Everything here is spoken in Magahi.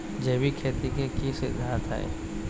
जैविक खेती के की सिद्धांत हैय?